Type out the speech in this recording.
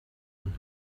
und